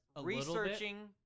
researching